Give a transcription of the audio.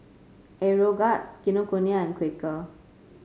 Aeroguard Kinokuniya and Quaker